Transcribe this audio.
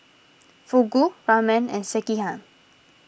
Fugu Ramen and Sekihan